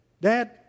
Dad